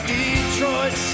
Detroit